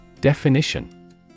Definition